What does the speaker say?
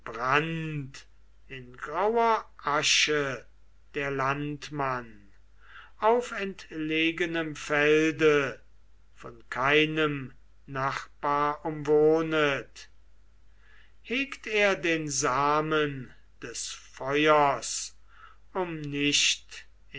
brand in grauer asche der landmann auf entlegenem felde von keinem nachbar umwohnet hegt er den samen des feuers um nicht